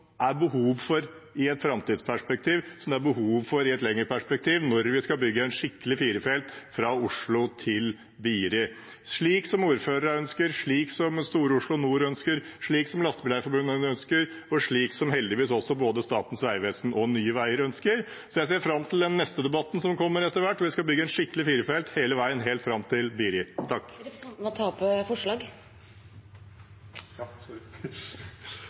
er behov for i et framtidsperspektiv, som det er behov for i et lengre perspektiv, når vi skal bygge en skikkelig firefelts fra Oslo til Biri – slik ordførerne ønsker, slik Stor-Oslo Nord ønsker, slik Lastebileierforbundet ønsker, og slik heldigvis både Statens vegvesen og Nye Veier ønsker. Jeg ser fram til den neste debatten som kommer etter hvert, da vi skal bygge en skikkelig firefelts hele veien, helt fram til Biri. Jeg tar til slutt opp Fremskrittspartiets forslag